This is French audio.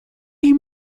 est